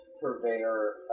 purveyor